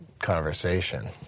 conversation